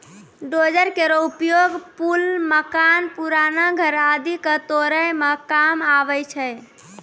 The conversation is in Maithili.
डोजर केरो उपयोग पुल, मकान, पुराना घर आदि क तोरै म काम आवै छै